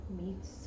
meats